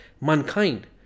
mankind